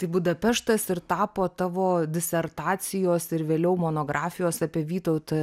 tai budapeštas ir tapo tavo disertacijos ir vėliau monografijos apie vytautą